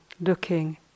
looking